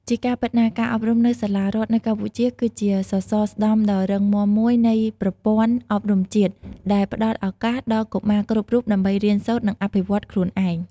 ជាការពិតណាស់ ការអប់រំនៅសាលារដ្ឋនៅកម្ពុជាគឺជា សសរស្តម្ភដ៏រឹងមាំមួយនៃប្រព័ន្ធអប់រំជាតិ ដែលផ្តល់ឱកាសដល់កុមារគ្រប់រូបដើម្បីរៀនសូត្រ និងអភិវឌ្ឍខ្លួនឯង។